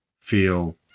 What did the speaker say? feel